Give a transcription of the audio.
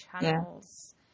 channels